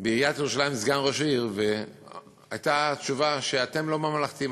בעיריית ירושלים סגן ראש העיר והייתה תשובה: אתם לא ממלכתיים,